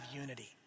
unity